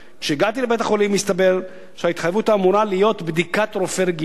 כשהגעתי לבית-החולים הסתבר שההתחייבות אמורה להיות ל"בדיקת רופא רגילה",